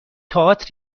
تئاتر